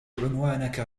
عنوانك